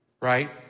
Right